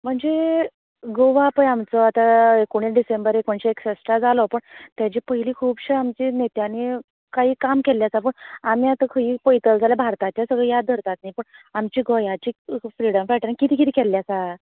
म्हणजे गोवा पळय आमचो एकुणीस डिसेंबर एकुणीश्शे एकसश्ठा जालो ताचे पयली खूबशे आमच्या नेत्यानी काही काम केल्ले आसा पूण आमी आतां खय पळयतले जाल्यार भारताचे सगळे याद दवरतात पण आमच्या गोंयाचे फ्रीडम फायटरान किते किते केल्ले आसा